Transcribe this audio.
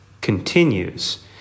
continues